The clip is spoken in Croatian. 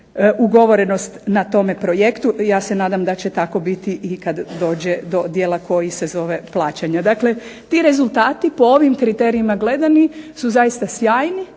ugovorenost na tome projektu. Ja se nadam da će tako biti i kad dođe do dijela koji se zove plaćanje. Dakle, ti rezultati po ovim kriterijima gledani su zaista sjajni